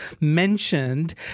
mentioned